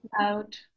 out